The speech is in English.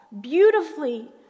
beautifully